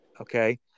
Okay